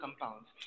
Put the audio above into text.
compounds